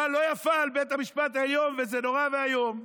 לא יפה על בית המשפט העליון וזה נורא ואיום.